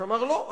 שאמר: לא,